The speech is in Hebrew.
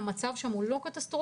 שהמצב שם עדיין לא קטסטרופה,